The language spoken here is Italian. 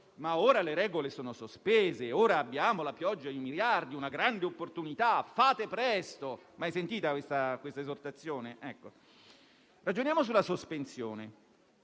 che ora le regole sono sospese e abbiamo una pioggia di miliardi, che è una grande opportunità, quindi dobbiamo fare presto. Mai sentita questa esortazione? Ragioniamo sulla sospensione.